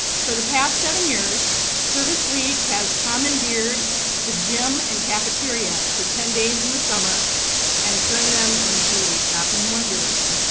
for the past seven years service league has commandeered the gym and cafeteria for ten days in the summer and turned them into a shopping wonderland.